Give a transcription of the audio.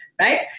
Right